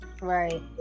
Right